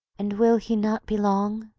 and will he not be long?